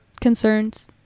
concerns